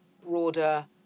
broader